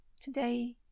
Today